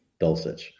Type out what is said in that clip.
Dulcich